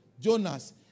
Jonas